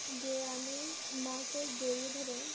যে আমি মাকে জড়িয়ে ধরে